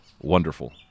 wonderful